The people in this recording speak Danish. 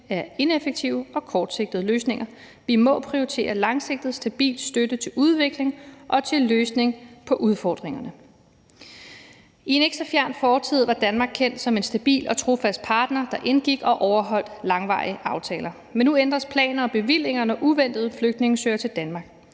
er ineffektive og kortsigtede løsninger. Vi må prioritere langsigtet, stabil støtte til udvikling og til en løsning på udfordringerne. I en ikke så fjern fortid var Danmark kendt som en stabil og trofast partner, der indgik og overholdt langvarige aftaler, men nu ændres planer og bevillinger, når uventede flygtninge søger til Danmark.